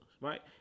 right